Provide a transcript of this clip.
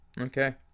Okay